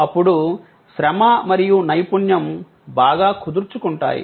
అప్పుడు శ్రమ మరియు నైపుణ్యం బాగా కుదుర్చుకుంటాయి